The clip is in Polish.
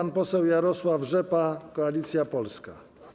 Pan poseł Jarosław Rzepa, Koalicja Polska.